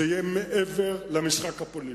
שיהיה מעבר למשחק הפוליטי.